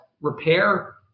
repair